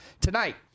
Tonight